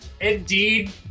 Indeed